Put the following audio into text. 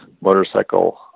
Motorcycle